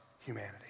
humanity